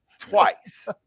twice